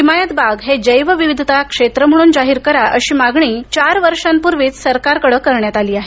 हिमायत बाग हे जैवविविधता क्षेत्र म्हणून जाहीर करा अशी मागणी चार वर्षांपूर्वीच सरकारकडे करण्यात आली आहे